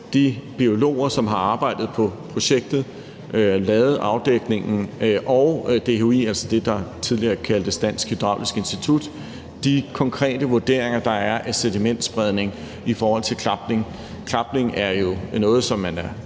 de biologer, som har arbejdet på projektet og lavet afdækningen, og DHI, altså det, der tidligere kaldtes Dansk Hydraulisk Institut, de konkrete vurderinger, der er af sedimentspredning i forhold til klapning. Klapning er jo noget, som man har